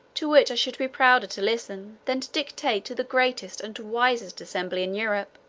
to which i should be prouder to listen, than to dictate to the greatest and wisest assembly in europe.